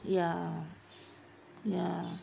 ya ya